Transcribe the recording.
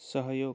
सहयोग